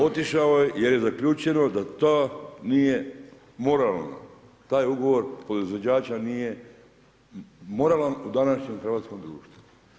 Otišao je jer je zaključeno da to nije moralno, taj ugovor proizvođača nije moralan u današnjem hrvatskom društvu.